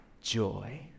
joy